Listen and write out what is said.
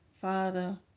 Father